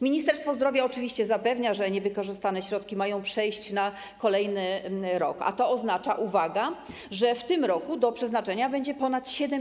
Ministerstwo Zdrowia oczywiście zapewnia, że niewykorzystane środki mają przejść na kolejny rok, a to oznacza, uwaga, że w tym roku do przeznaczenia będzie ponad 7